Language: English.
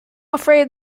afraid